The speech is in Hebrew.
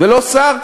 ולא סהר,